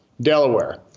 Delaware